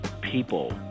people